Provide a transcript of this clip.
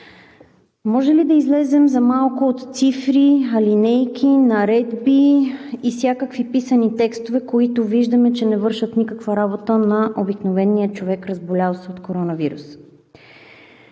Може ли да излезем за малко от цифри, алинейки, наредби и всякакви писани текстове, които, виждаме, че не вършат никаква работа на обикновения човек, разболял се от коронавирус?!